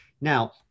Now